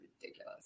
ridiculous